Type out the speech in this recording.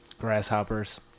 grasshoppers